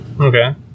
Okay